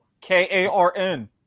k-a-r-n